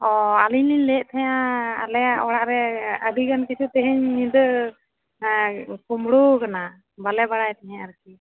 ᱚ ᱟᱞᱤᱧ ᱞᱤᱧ ᱞᱟᱹᱭᱮᱫ ᱛᱟᱦᱮᱸᱫᱼᱟ ᱟᱞᱮᱭᱟᱜ ᱚᱲᱟᱜ ᱨᱮ ᱟᱹᱰᱤ ᱜᱟᱱ ᱠᱤᱪᱷᱩ ᱛᱮᱦᱮᱧ ᱧᱤᱫᱟᱹ ᱠᱳᱵᱽᱲᱳ ᱟᱠᱟᱱᱟ ᱵᱟᱞᱮ ᱵᱟᱲᱟᱭ ᱛᱟᱦᱮᱸ ᱟᱨᱠᱤ